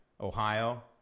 Ohio